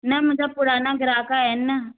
न मुंहिंजा पुराना ग्राहक आहिनि